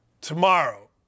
tomorrow